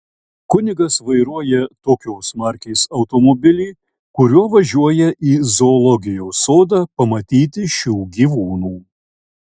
kunigas vairuoja tokios markės automobilį kuriuo važiuoja į zoologijos sodą pamatyti šių gyvūnų